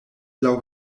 laŭ